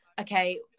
okay